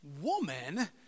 woman